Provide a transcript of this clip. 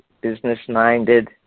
business-minded